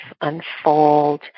unfold